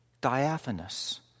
diaphanous